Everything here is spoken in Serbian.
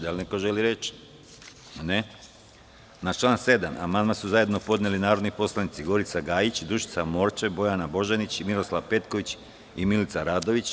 Da li neko želi reč? (Ne) Na član 7. amandman su zajedno podneli narodni poslanici Gorica Gajić, Dušica Morčev, Bojana Božanić, Miroslav Petković i Milica Radović.